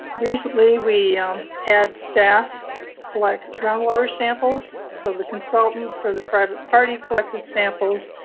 recently we had staff collect groundwater samples, so the consultant for the private party collected samples,